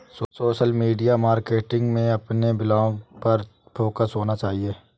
social media marketing में अपने blog पर फोकस होना चाहिए